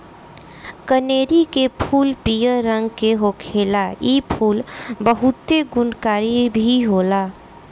कनेरी के फूल पियर रंग के होखेला इ फूल बहुते गुणकारी भी होला